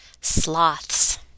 Sloths